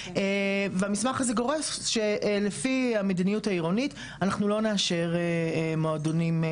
והמסמך הזה גורס שלפי המדיניות העירוניות אנחנו לא נאשר מועדונים.